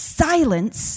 silence